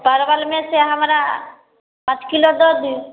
परवलमे से हमरा पाँच किलो दऽ दियौ